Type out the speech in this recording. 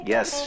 Yes